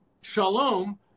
shalom